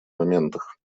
моментах